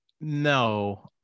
No